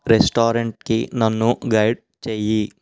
రెస్టారెంట్కి నన్ను గైడ్ చేయి